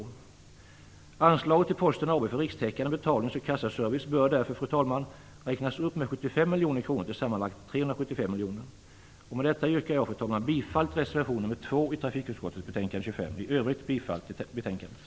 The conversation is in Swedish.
Fru talman! Anslaget till Posten AB för rikstäckande betalnings och kassaservice bör därför räknas upp med 75 miljoner kronor till sammanlagt Fru talman! Med detta yrkar jag bifall till reservation nr 2 i trafikutskottets betänkande nr 25 och i övrigt till utskottets hemställan.